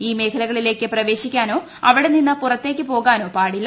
ഈ മേഖലകളിലേക്ക് പ്രവേശിക്കാനോ അവിടെ നിന്ന് പുറത്തേക്ക് പോകാനോ പാടില്ല